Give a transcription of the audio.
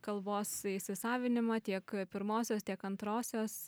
kalbos įsisavinimą tiek pirmosios tiek antrosios